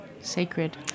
Sacred